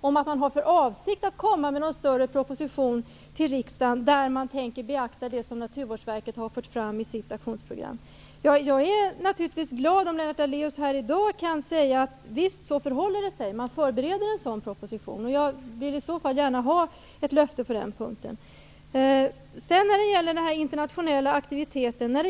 om att man har för avsikt att komma med någon större proposition till riksdagen där man beaktar de synpunkter som Naturvårdsverket har fört fram i sitt aktionsprogram. Jag blir naturligtvis glad om Lennart Daléus här i dag kan säga att regeringen förbereder en sådan proposition. Jag vill i så fall gärna ha ett löfte på den punkten.